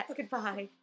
Goodbye